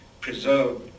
preserved